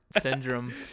syndrome